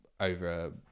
over